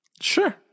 Sure